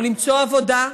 או למצוא עבודה.